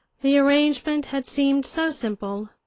the arrangement had seemed so simple,